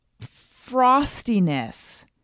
frostiness